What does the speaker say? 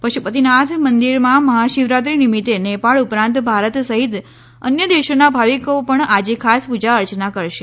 પશુપતીનાથ મંદિરમાં મહાશિવરાત્રી નિમિત્ત નેપાળ ઉપરાંત ભારત સહિત અન્ય દેશોના ભાવિકો પણ આજે ખાસ પુજા અર્ચના કરશે